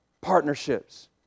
partnerships